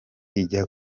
ijya